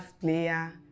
player